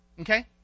Okay